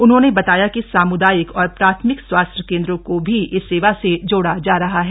उन्होंने बताया कि सामुदायिक और प्राथमिक स्वास्थ्य केंद्रों को भी इस सेवा से जोड़ा जा रहा है